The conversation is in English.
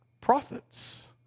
Prophets